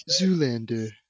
Zoolander